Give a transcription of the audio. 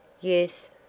Yes